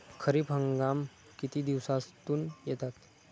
खरीप हंगाम किती दिवसातून येतात?